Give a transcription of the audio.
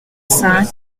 cinq